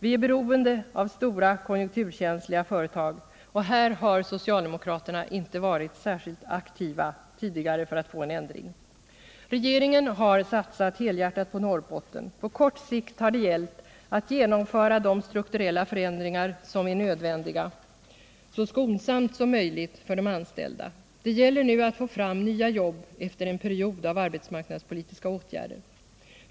Vi är beroende av stora konjunkturkänsliga företag, och här har socialdemokraterna inte varit särskilt aktiva tidigare för att få en ändring. Regeringen har satsat helhjärtat på Norrbotten. På kort sikt har det gällt att genomföra de strukturella förändringar som är nödvändiga så skonsamt som möjligt för de anställda. Det gäller nu att få fram nya jobb efter en period av arbetsmarknadspolitiska åtgärder.